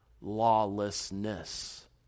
lawlessness